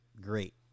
great